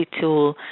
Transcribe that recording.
tool